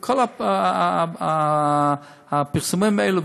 וכל הפרסומים האלה,